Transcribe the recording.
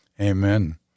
Amen